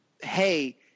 hey